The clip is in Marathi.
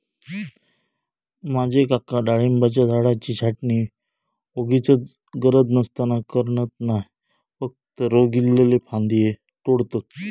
माझे काका डाळिंबाच्या झाडाची छाटणी वोगीचच गरज नसताना करणत नाय, फक्त रोग इल्लले फांदये तोडतत